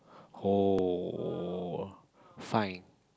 oh fine